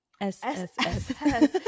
SSS